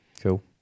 Cool